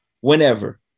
whenever